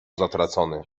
zatracony